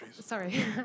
sorry